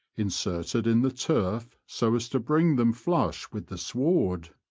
inserted in the turf so as to bring them flush with the sward.